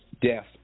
death